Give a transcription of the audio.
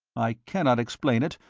i cannot explain it,